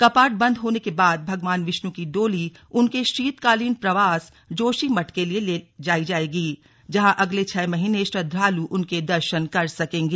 कपाट बंद होने के बाद भगवान विष्णु की डोली उनके शीतकालीन प्रवास जोशीमठ के लिए ले जाई जाएगी जहां अगले छह महीने श्रद्वालु उनके दर्शन कर सकेंगे